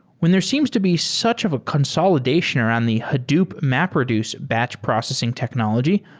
when there seems to be such of a consolidation around the hadoop mapreduce batch processing technology,